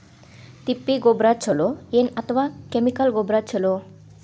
ತಿಪ್ಪಿ ಗೊಬ್ಬರ ಛಲೋ ಏನ್ ಅಥವಾ ಕೆಮಿಕಲ್ ಗೊಬ್ಬರ ಛಲೋ?